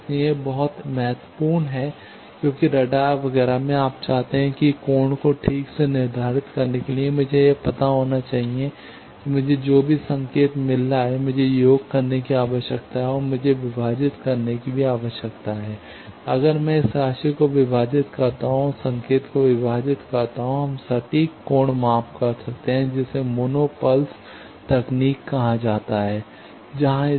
इसलिए यह बहुत महत्वपूर्ण है क्योंकि रडार वगैरह में आप चाहते हैं कि कोण को ठीक से निर्धारित करने के लिए मुझे यह पता लगाना होगा कि मुझे जो भी संकेत मिल रहा है मुझे योग करने की आवश्यकता है और मुझे विभाजित करने की आवश्यकता है और अगर मैं इस राशि को विभाजित करता हूं और संकेत को विभाजित करता हूं हम सटीक कोण माप प्राप्त करते हैं जिसे मोनो पल्स तकनीक कहा जाता है जहां इस रैट रेस का उपयोग किया जाता है